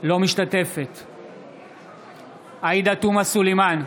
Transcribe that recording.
אינה משתתפת בהצבעה עאידה תומא סלימאן,